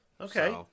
Okay